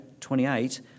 28